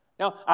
Now